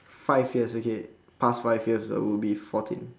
five years okay past five years I would be fourteen